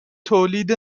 تولید